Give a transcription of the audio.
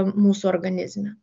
mūsų organizme